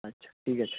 আচ্ছা ঠিক আছে